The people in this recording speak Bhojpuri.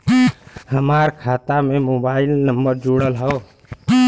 हमार खाता में मोबाइल नम्बर जुड़ल हो?